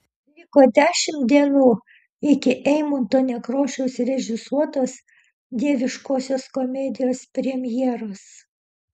liko dešimt dienų iki eimunto nekrošiaus režisuotos dieviškosios komedijos premjeros